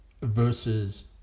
versus